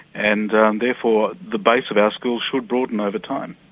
and therefore the base of our schools should broaden over time.